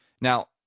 Now